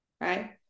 right